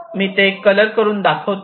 मी ते कलर करून दाखवतो